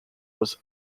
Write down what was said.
was